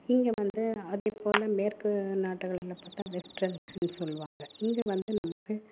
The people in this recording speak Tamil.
இங்கே வந்து அதேப்போல் மேற்கு நாடுகளில் பார்த்தா வெஸ்டெர்ன்னு சொல்வாங்க இங்கே வந்து நமக்கு